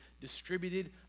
distributed